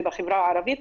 ובחברה הערבית,